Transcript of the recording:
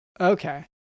okay